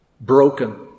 broken